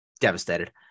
devastated